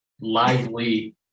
lively